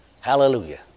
Hallelujah